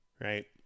right